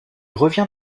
revient